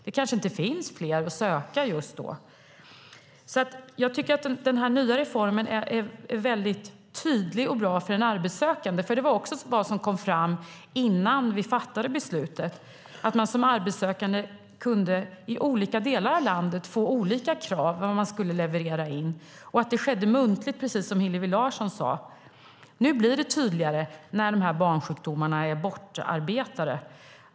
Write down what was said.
Det kanske inte finns fler att söka just då. Jag tycker därför att denna nya reform är mycket tydlig och bra för en arbetssökande. Innan vi fattade beslutet framkom det att man som arbetssökande i olika delar av landet hade olika krav på vad man skulle leverera in och att det skedde muntligt, precis som Hillevi Larsson sade. Nu blir det tydligare när dessa barnsjukdomar är bortarbetade.